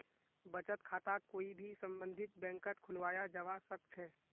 बचत खाताक कोई भी सम्बन्धित बैंकत खुलवाया जवा सक छे